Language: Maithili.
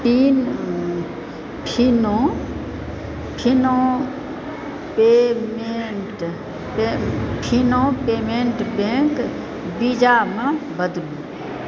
फिन Fino Fino payment Fino payment bank वीजामे बदलु